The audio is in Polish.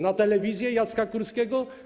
Na telewizję Jacka Kurskiego?